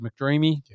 McDreamy